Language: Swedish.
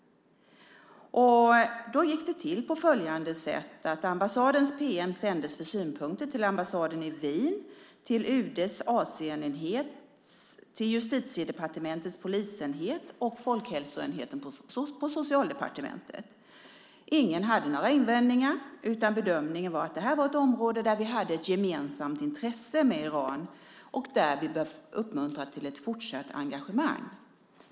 Det gick till på följande sätt. Ambassadens pm sändes för synpunkter till ambassaden i Wien, till UD:s Asienenhet, till Justitiedepartementets polisenhet och till folkhälsoenheten på Socialdepartementet. Ingen hade några invändningar, utan bedömningen var att det här var ett område där vi hade ett gemensamt intresse med Iran och där vi borde uppmuntra till ett fortsatt engagemang.